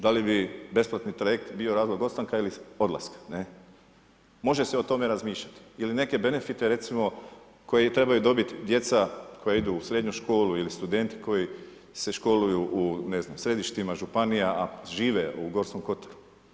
Da li bi besplatni trajekt bio razlog ostanka ili odlaska, ne, može se o tome razmišljati ili neke benefite, recimo, koje trebaju dobiti djeca koja idu u srednju školu ili studenti koji se školuju u ne znam, središtima, županijama, žive u Gorskom kotaru.